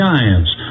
Giants